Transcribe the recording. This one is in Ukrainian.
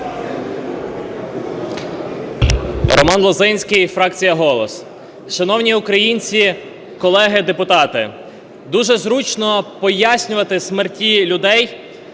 Роман Лозинський, фракція "Голос". Шановні українці, колеги-депутати! Дуже зручно пояснювати смерті людей,